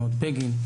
נאות בגין,